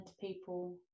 people